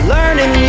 Learning